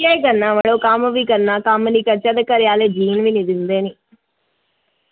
केह् करना मड़ो कम्म बी करना कम्म निं करचै ते घरै आह्ले जीन बी निं दिंदे निं